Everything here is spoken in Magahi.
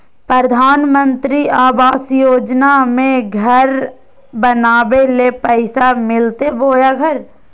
प्रधानमंत्री आवास योजना में घर बनावे ले पैसा मिलते बोया घर?